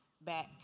back